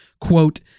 quote